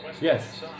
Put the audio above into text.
Yes